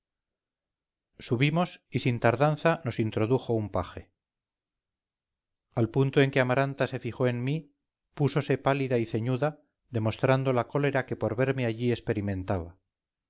subimos y sin tardanza nos introdujo un paje al punto en que amaranta se fijó en mí púsose pálida y ceñuda demostrando la cólera que por verme allí experimentaba